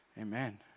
Amen